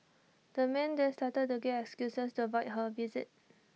the man then started to give excuses to avoid her visit